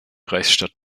reichsstadt